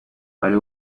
wari